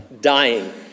dying